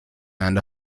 and